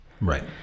Right